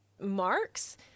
marks